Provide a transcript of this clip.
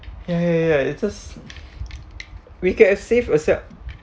ya ya ya it's just we get a safe except